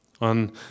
On